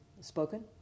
spoken